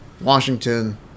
Washington